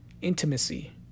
intimacy